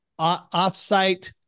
offsite